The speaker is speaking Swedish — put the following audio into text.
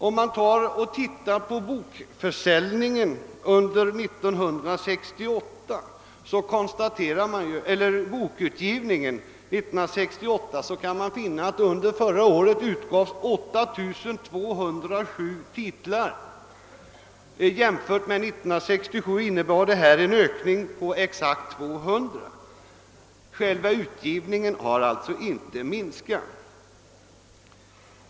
Om man tittar på bokutgivningen under 1968 finner man att under förra året utgavs 8207 titlar. Jämfört med 1967 innebar detta en ökning med exakt 200 böcker. Själva utgivningen har alltså inte minskat.